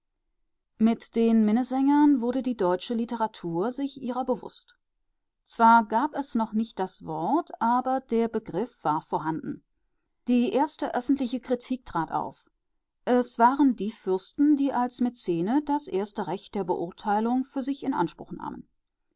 mit den minnesängern wurde die deutsche literatur sich ihrer bewußt zwar gab es noch nicht das wort aber der begriff war vorhanden die öffentliche kritik trat auf es waren die fürsten die als mäzene das erste recht der beurteilung für sich in anspruch nahmen